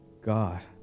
God